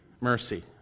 Mercy